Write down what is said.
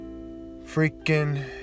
freaking